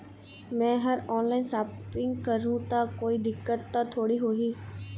मैं हर online shopping करू ता कोई दिक्कत त थोड़ी होही?